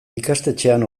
ikastetxean